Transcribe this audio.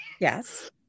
Yes